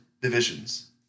divisions